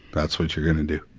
that's what you're gonna do.